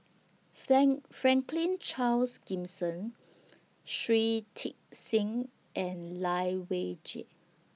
Frank Franklin Charles Gimson Shui Tit Sing and Lai Weijie